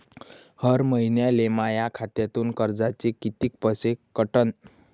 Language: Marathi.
हर महिन्याले माह्या खात्यातून कर्जाचे कितीक पैसे कटन?